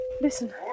Listen